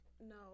No